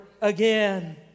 again